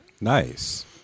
Nice